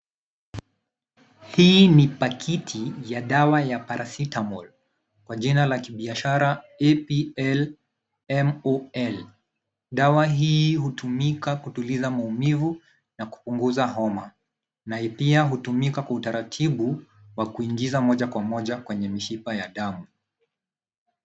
Hii ni pakiti ya dawa ya Paracetamol kwa jina la kibiashara APLMOL. Dawa hii hutumika kutuliza maumivu na kupunguza homa na pia hutumika kwa utaratibu wa kuingiza moja kwa moja kwenye mishipa ya damu.